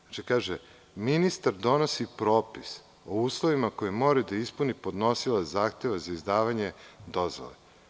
Znači, kaže – ministar donosi propis o uslovima koje mora da ispuni podnosilac zahteva za izdavanje dozvole.